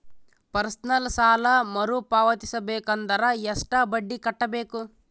Personal ಸಾಲ ಮರು ಪಾವತಿಸಬೇಕಂದರ ಎಷ್ಟ ಬಡ್ಡಿ ಕಟ್ಟಬೇಕು?